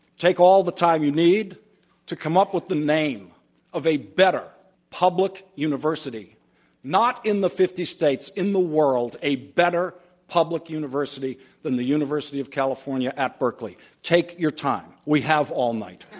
take all the time you need to come up with the name of a better public university not in the fifty states, in the world a better public university than the university of california at berkeley. take your time. we have all night.